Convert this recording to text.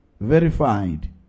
verified